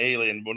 Alien